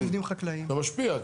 זה משפיע.